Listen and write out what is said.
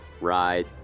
ride